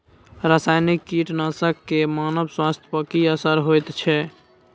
रसायनिक कीटनासक के मानव स्वास्थ्य पर की असर होयत छै?